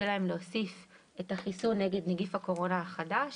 להוסיף את החיסון נגד נגיף הקורונה החדש